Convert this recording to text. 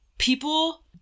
People